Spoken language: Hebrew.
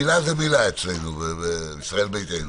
מילה זאת מילה אצלנו בישראל ביתנו.